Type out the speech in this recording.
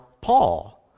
Paul